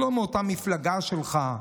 אם הוא לא מאותה מפלגה שלך,